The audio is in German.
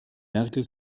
merkel